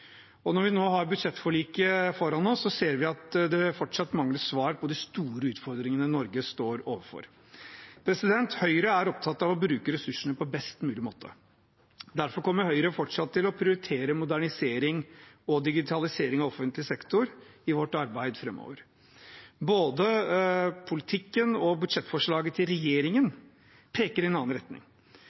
fortsatt mangler svar på de store utfordringene Norge står overfor. Høyre er opptatt av å bruke ressursene på best mulig måte. Derfor kommer Høyre fortsatt til å prioritere modernisering og digitalisering av offentlig sektor i vårt arbeid framover. Både politikken og budsjettforslaget til regjeringen peker i en annen retning.